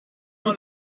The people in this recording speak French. vous